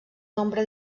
nombre